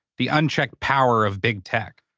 the unchecked power of big tech,